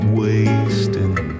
wasting